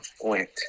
went